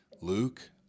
Luke